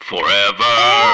forever